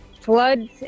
Floods